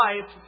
life